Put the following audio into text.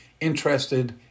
interested